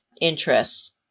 interest